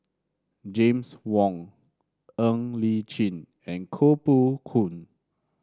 James Wong Ng Li Chin and Koh Poh Koon